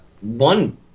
one